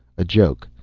a joke,